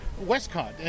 Westcott